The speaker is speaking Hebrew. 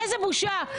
איזו בושה.